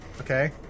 okay